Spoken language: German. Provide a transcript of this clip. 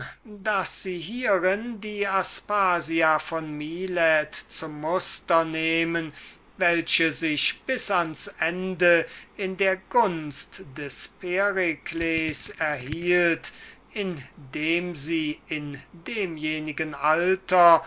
daß sie hierin die aspasia von milet zum muster nehmen welche sich bis ans ende in der gunst des perikles erhielt indem sie in demjenigen